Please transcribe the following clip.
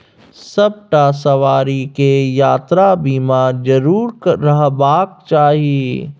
सभटा सवारीकेँ यात्रा बीमा जरुर रहबाक चाही